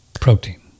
Protein